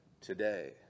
today